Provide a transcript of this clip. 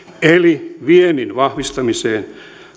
eli viennin vahvistamiseen